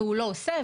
הוא לא עושה,